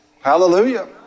Hallelujah